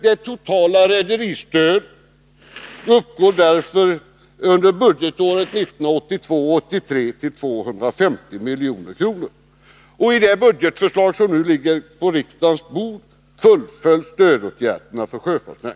Det totala rederistödet uppgår därför under budgetåret 1982/83 till 250 milj.kr. I det budgetförslag som nu ligger på riksdagens bord fullföljs stödåtgärderna för sjöfartsnäringen.